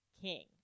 king